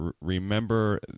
remember